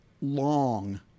long